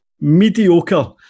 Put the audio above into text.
Mediocre